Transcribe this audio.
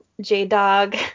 J-Dog